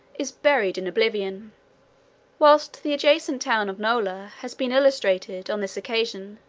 is buried in oblivion whilst the adjacent town of nola has been illustrated, on this occasion,